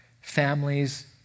families